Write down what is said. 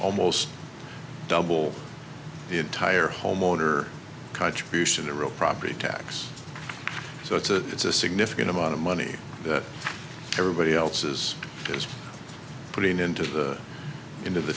almost double the entire homeowner contribution a real property tax so it's a it's a significant amount of money that everybody else is putting into the into the